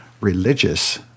religious